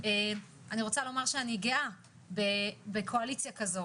אני רוצה לומר שאני גאה בקואליציה כזו